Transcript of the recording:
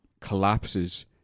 collapses